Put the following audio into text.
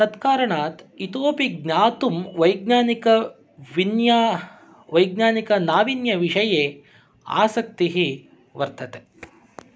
तत्कारणात् इतोपि ज्ञातुं वैज्ञानिकविन्या वैज्ञानिकनाविन्यविषये आसक्तिः वर्तते